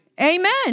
Amen